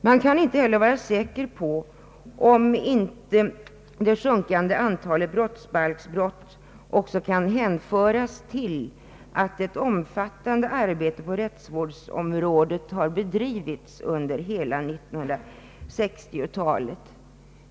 Man kan inte heller vara säker på att inte det sjunkande antalet brottsbalksbrott också kan hänföras till att ett omfattande arbete på rättsvårdens område har bedrivits under hela 1960-talet.